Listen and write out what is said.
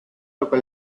toca